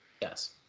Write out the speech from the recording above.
Yes